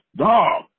dog